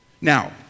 Now